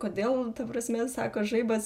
kodėl ta prasme sako žaibas